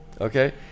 Okay